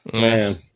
Man